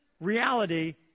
reality